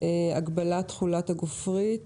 הגבלת תכולת הגופרית